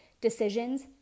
decisions